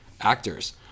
actors